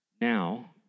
Now